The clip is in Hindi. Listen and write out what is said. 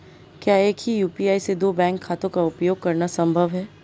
क्या एक ही यू.पी.आई से दो बैंक खातों का उपयोग करना संभव है?